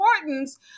importance